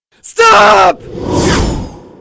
Stop